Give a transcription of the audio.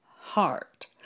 heart